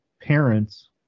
parents